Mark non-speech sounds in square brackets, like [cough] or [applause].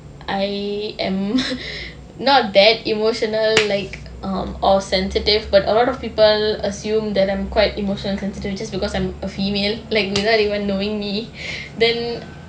I am not [laughs] not that emotional like um all sensitive but a lot of people assume that I'm quite emotional sensitive just because I'm a female like without even knowing me then